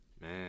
Man